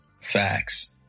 Facts